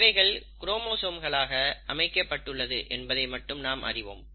இவைகள் குரோமோசோம்களாக அமைக்கப்பட்டுள்ளது என்பதை மட்டும் நாம் அறிவோம்